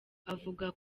avuga